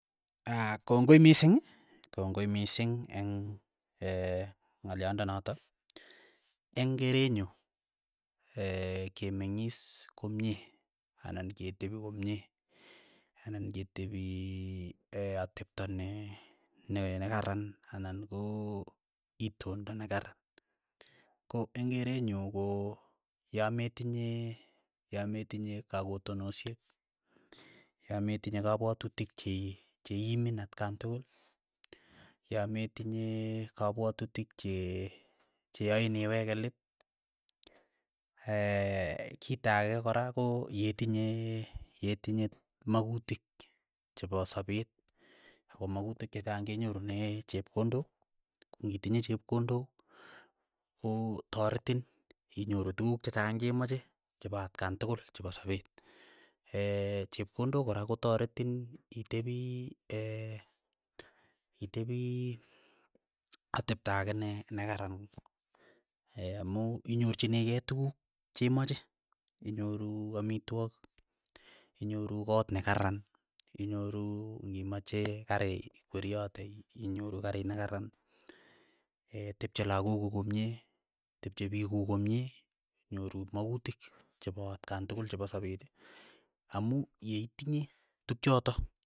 Aa kongoi mising kongoi mising eng' ng'olyondonotok eng' keree nyu kemeng'is komye anan ketepi komye anan ketepi atepto ne ne kararan anan ko itondo ne karan, ko eng' kerenyu ko yametinye yametinye kakotonoshek, yametinye kapwatutik chei cheiimin atkan tukul, yametinye kapwatutik che che ain iweke let, kita ake kora ko yetinye yetinye makutik chepo sapeet ako makutik che chang kenyorunee chepkondok, ko ng'tinye chepkondok ko taretin inyoru tukuk che chang che mache chepa atkan tukul chepa sapet, chepkondok kora kotaretin itepii itepi atepto ake ne nekaran amu inyorchinikei tukuk che machei, inyoruu amitwogik, inyoru koot nekaraan, inyoru ng'imache kari ikweriate inyoru karit nekaraan, tepche lakok kuk komie, tepche piik kuk komie, nyoru makutik chepo atkan tukul chepo sapet amu yeitinye tukchotok.